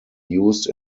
used